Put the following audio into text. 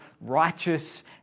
righteous